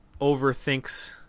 overthinks